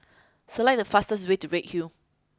select the fastest way to Redhill